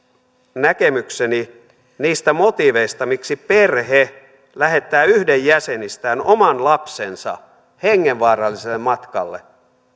näkemykseni niistä motiiveista miksi perhe lähettää yhden jäsenistään oman lapsensa hengenvaaralliselle matkalle